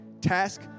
task